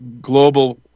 global